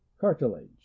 cartilage